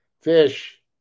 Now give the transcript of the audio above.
Fish